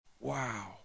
Wow